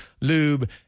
Lube